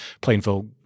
Plainville